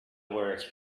words